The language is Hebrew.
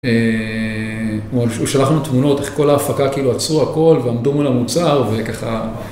הוא שלח לו תמונות איך כל ההפקה, כאילו עצרו הכל ועמדו מול המוצר וככה.